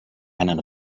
einen